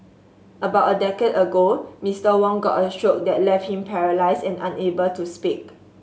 about a decade ago Mister Wong got a stroke that left him paralysed and unable to speak